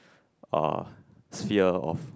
uh sphere of